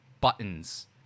buttons